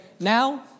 now